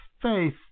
faith